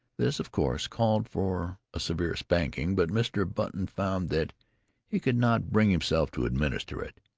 this, of course, called for a severe spanking, but mr. button found that he could not bring himself to administer it.